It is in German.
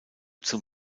zum